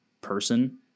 person